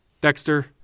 Dexter